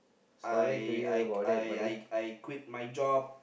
I I I I I quit my job